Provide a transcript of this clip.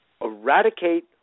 eradicate